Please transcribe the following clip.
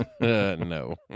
No